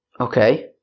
Okay